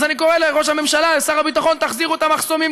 אז אני קורא לראש הממשלה ולשר הביטחון: תחזירו את המחסומים,